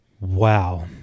Wow